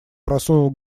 просунул